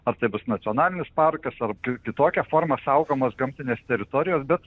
ar tai bus nacionalinis parkas ar ki kitokia forma saugomos gamtinės teritorijos bet